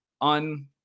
on